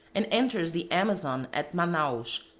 and enters the amazon at manaos,